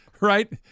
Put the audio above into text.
Right